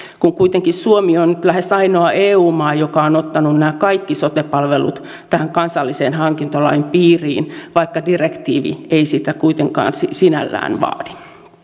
kun kuitenkin suomi on nyt lähes ainoa eu maa joka on ottanut nämä kaikki sote palvelut tähän kansallisen hankintalain piiriin vaikka direktiivi ei sitä kuitenkaan sinällään vaadi